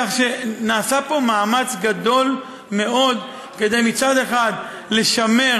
כך שנעשה פה מאמץ גדול כדי מצד אחד לשמר